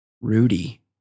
Rudy